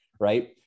right